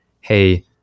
hey